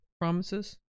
promises